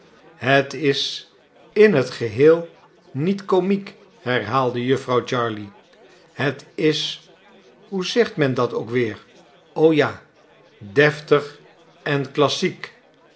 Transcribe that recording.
het is in het geheel niet komiek herhaalde jufvrouw jarley het is hoe zegt men dat ook weer o ja deftig en klassiek